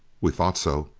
we thought so.